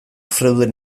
freuden